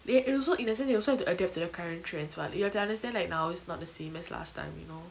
they also in a sense they also have to adapt to the current trends what they have to understand like now is not the same as last time you know